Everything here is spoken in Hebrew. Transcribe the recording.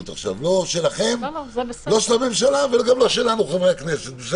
עכשיו לא של הממשלה וגם לא שלנו חברי הכנסת.